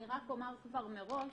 אני רק אומר כבר מראש